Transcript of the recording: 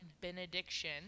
benediction